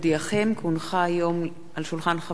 כי הונחה היום על שולחן הכנסת,